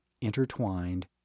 intertwined